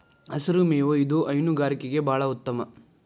ಹಸಿರು ಮೇವು ಇದು ಹೈನುಗಾರಿಕೆ ಬಾಳ ಉತ್ತಮ